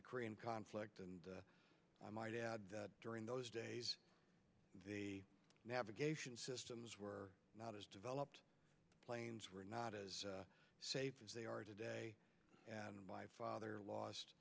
the korean conflict and i my dad during those days the navigation systems were not as developed planes were not as safe as they are today and by father lost